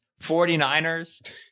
49ers